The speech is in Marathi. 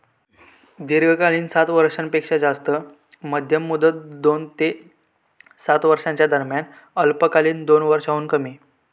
दीर्घकालीन सात वर्षांपेक्षो जास्त, मध्यम मुदत दोन ते सात वर्षांच्यो दरम्यान, अल्पकालीन दोन वर्षांहुन कमी